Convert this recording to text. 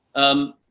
um,